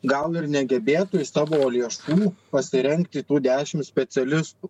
gal ir negebėtų iš savo lėšų pasirengti tų dešim specialistų